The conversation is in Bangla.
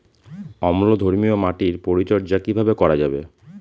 অম্লধর্মীয় মাটির পরিচর্যা কিভাবে করা যাবে?